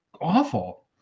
awful